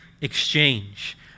exchange